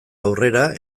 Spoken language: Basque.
aurrera